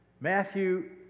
Matthew